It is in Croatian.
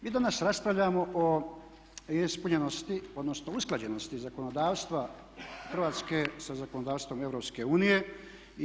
Mi danas raspravljamo o ispunjenosti, odnosno usklađenosti zakonodavstva Hrvatske sa zakonodavstvom Europske unije.